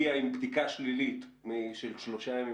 אם אדם מגיע מישראל עם בדיקה שלילית של שלושה ימים